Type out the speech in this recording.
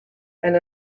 and